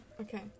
Okay